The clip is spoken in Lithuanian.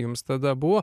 jums tada buvo